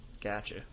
Gotcha